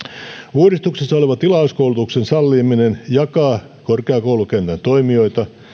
uudistuksessa oleva tilauskoulutuksen salliminen jakaa korkeakoulukentän toimijoita